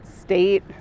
state